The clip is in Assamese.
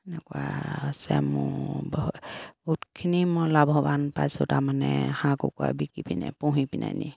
এনেকুৱা হৈছে মোৰ বহুতখিনি মই লাভৱান পাইছোঁ তাৰমানে হাঁহ কুকুৰা বিকি পিনে পুহি পিনে নি